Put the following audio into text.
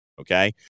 Okay